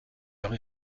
leurs